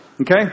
Okay